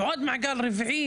ועוד מעגל רביעי,